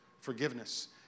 forgiveness